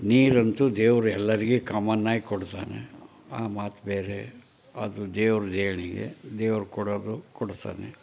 ನೀರಂತೂ ದೇವ್ರು ಎಲ್ಲರಿಗೆ ಕಾಮನ್ನಾಗಿ ಕೊಡ್ತಾನೆ ಆ ಮಾತು ಬೇರೆ ಅದು ದೇವ್ರ ದೇಣಿಗೆ ದೇವ್ರು ಕೊಡೋದು ಕೊಡ್ತಾನೆ